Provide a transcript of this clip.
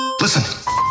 Listen